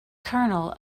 kernel